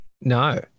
No